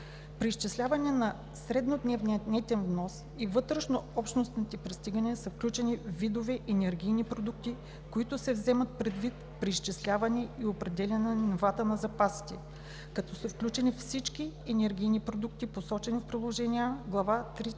При изчисляване на среднодневния нетен внос и вътрешнообщностни пристигания са включени видовете енергийни продукти, които се вземат предвид при изчисляване и определяне на нивата на запасите, като са включени всички енергийни продукти, посочени в Приложение А, глава 3.4